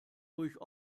ruhig